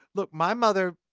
look, my mother,